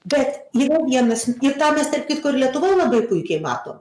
bet yra vienas ir tą mes tarp kitko ir lietuvoj labai puikiai matom